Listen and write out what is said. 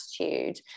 attitude